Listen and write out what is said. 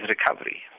recovery